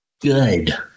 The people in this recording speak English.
Good